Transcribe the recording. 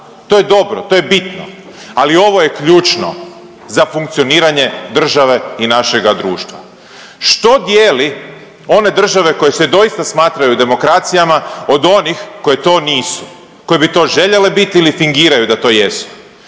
To je dobro, to je bitno, ali ovo je ključno za funkcioniranje države i našega društva. Što dijeli one države koje se doista smatraju demokracijama od onih koje to nisu, koje bi to željele biti ili fingiraju da to jesu?